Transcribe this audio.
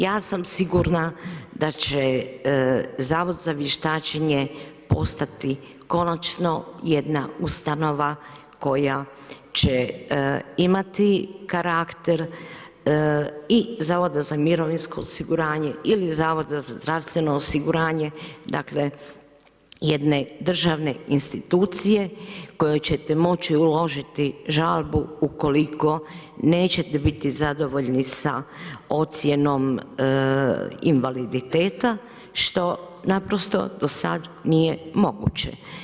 Ja sam sigurna da će Zavod za vještačenje postati konačno jedna ustanova, koja će imati karakter i Zavoda za mirovinsko osiguranje ili Zavoda za zdravstveno osiguranje, dakle, jedne državne institucije, kojoj ćete moću uložiti žalbu, ukoliko nećete biti zadovoljni sa ocjenom invaliditeta, što naprosto do sada nije moguće.